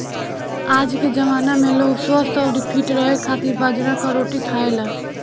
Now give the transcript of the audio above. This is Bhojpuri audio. आजके जमाना में लोग स्वस्थ्य अउरी फिट रहे खातिर बाजरा कअ रोटी खाएला